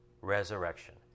Resurrection